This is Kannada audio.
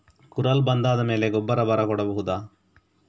ಕುರಲ್ ಬಂದಾದ ಮೇಲೆ ಗೊಬ್ಬರ ಬರ ಕೊಡಬಹುದ?